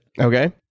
Okay